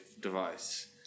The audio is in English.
device